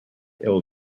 ill